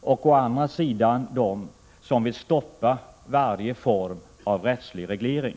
och å andra sidan dem som vill stoppa varje form av rättslig reglering.